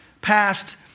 past